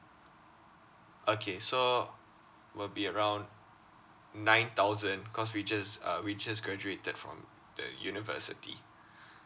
okay so will be around nine thousand cause we just uh we just graduated from the university